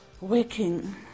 working